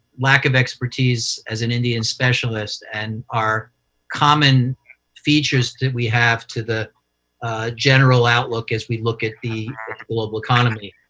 lack of expertise as an indian specialist and our common features that we have to the general outlook as we look at the global economy.